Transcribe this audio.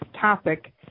topic